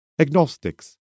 agnostics